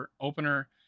opener